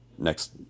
Next